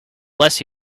bless